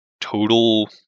total